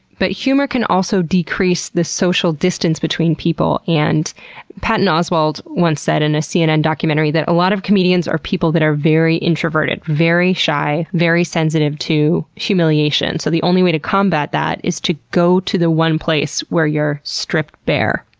but, humor can also decrease the social distance between people. and patton oswalt once said in a cnn documentary that, a lot of comedians are people that are very introverted, very shy, very sensitive to humiliation. so the only way to combat that is to go to the one place where you are stripped bare.